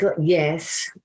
Yes